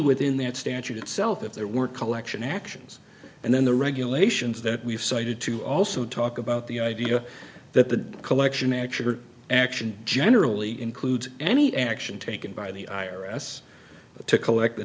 within that standard itself if there were collection actions and then the regulations that we've cited to also talk about the idea that the collection action or action generally includes any action taken by the i r s to collect the